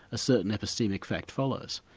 a certain epistemic fact follows.